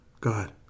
God